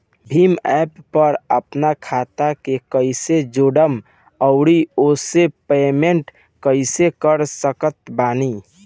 Bhim app पर आपन खाता के कईसे जोड़म आउर ओसे पेमेंट कईसे कर सकत बानी?